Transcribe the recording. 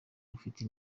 rufite